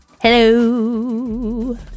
hello